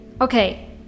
okay